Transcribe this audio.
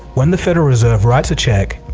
when the federal reserve writes a check,